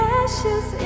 ashes